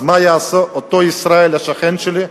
אז מה יעשה אותו ישראל השכן שלי?